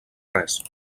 res